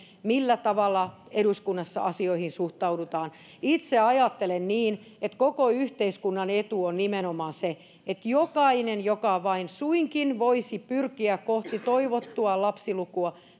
millä tavalla eduskunnassa asioihin suhtaudutaan itse ajattelen niin että nimenomaan koko yhteiskunnan etu on se että jokainen joka vain suinkin voisi pyrkiä kohti toivottua lapsilukua